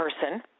person